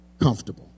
comfortable